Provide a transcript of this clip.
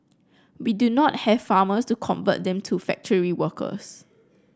we do not have farmers to convert them to factory workers